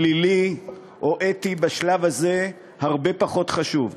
פלילי או אתי, בשלב הזה הרבה פחות חשוב.